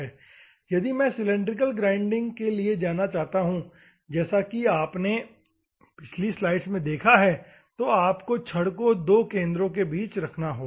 यदि मैं cylindrical grinding के लिए जाना चाहता हूँ जैसा कि आपने पिछली स्लाइड्स में देखा है तो आपको छड़ को दो केन्द्रो के बीच में रखना होगा